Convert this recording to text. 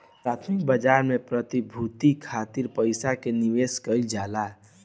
प्राथमिक बाजार में प्रतिभूति खातिर पईसा के निवेश कईल जाला